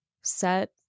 set